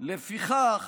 לפיכך